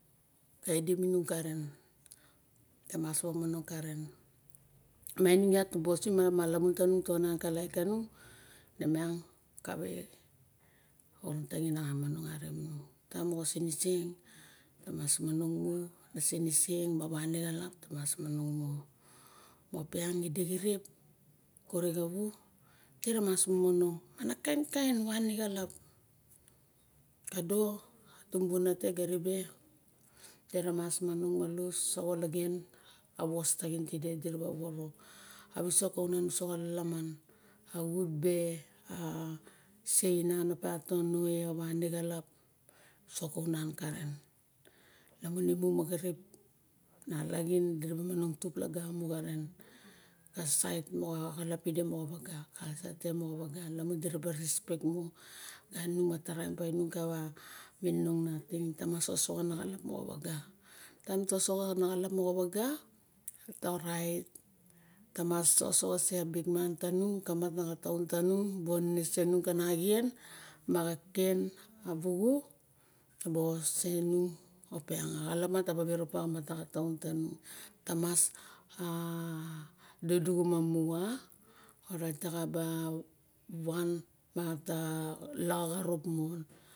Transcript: Ta edit inung karen. Tamas monong karen. Miang inuang iat nubosim amalamun tanung, ta onanka laik kanung. Nemiang kawe a rong taxin naxa mangom mu. Ma oping idexirip kure xa wu dira mas nonong. Ana kainkain wane xalop kado tumbuna tega ribe, diramas manong malus sawa olagen, a wos taxin diraba woworo xa wisok kawa unan uso xa lalaman, tawa xut be se a inan a e o wane xalap? Wisok kawa unam karen. Lamun muxirip, nalaxin diraba manong tup lagamo xaren. Xasait moxa xalap pide moxa waga kalsa te. Moxa waga, lamun diraba respekmu. Gan ining ma taraim inung kawa mininong nating tamas osoxa na xilip moxa waga. Taim ta osoxo na xalap moxa waga orait tamas osoxo se bikman tanung kamata xataun tanung, bu onense nung kana axien, ma xaken, ma wuxu, taba osen inung, opiang a xalap mataba weropa xa mata xataun taning tamas duduxuma mua? Orait taxaba wan mata laxa xarop mon.